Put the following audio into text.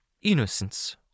Innocence